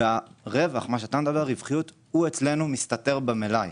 והרווחיות אצלנו מסתתרת במלאי.